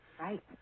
Right